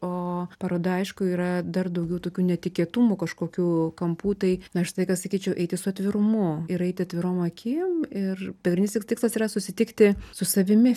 o paroda aišku yra dar daugiau tokių netikėtumų kažkokių kampų tai na aš visą laiką sakyčiau eiti su atvirumu ir eiti atvirom akim ir pagrindinis tikslas yra susitikti su savimi